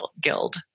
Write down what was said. guild